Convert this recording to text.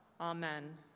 Amen